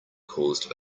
caused